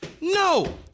No